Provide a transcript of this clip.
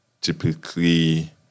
typically